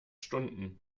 stunden